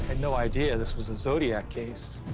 and no idea this was a zodiac case.